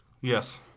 Yes